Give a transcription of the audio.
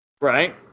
Right